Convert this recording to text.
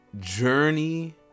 Journey